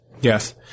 Yes